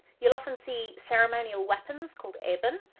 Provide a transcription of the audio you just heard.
you'll often see ceremonial weapons called eben,